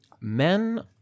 Men